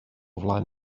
flaen